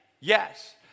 yes